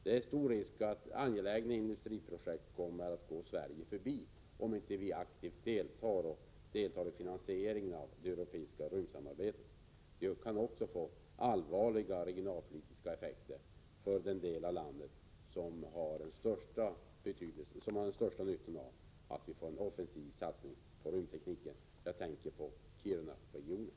Det är stor risk att angelägna industriprojekt kommer att gå Sverige förbi, om vi inte aktivt deltar i det europeiska rymdsamarbetet och dess finansiering. Detta kan också få allvarliga regionalpolitiska konsekvenser för den del av landet som har den största nyttan av en offensiv satsning på rymdteknik, nämligen Kirunaregionen.